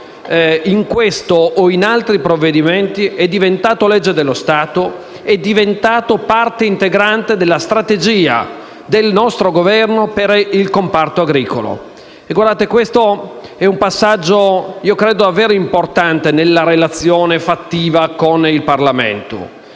in questo o in altri provvedimenti ed è diventato legge dello Stato, parte integrante della strategia del nostro Esecutivo per il comparto agricolo: questo è un passaggio che considero davvero importante nella relazione fattiva con il Parlamento.